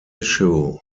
issue